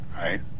right